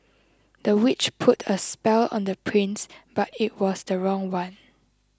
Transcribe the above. the witch put a spell on the prince but it was the wrong one